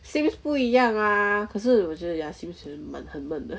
sims 不一样 lah 可是我觉得 ya sims 有一点闷很闷的